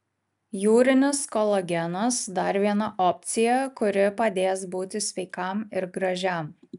jūrinis kolagenas dar viena opcija kuri padės būti sveikam ir gražiam